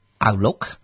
outlook